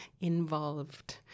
involved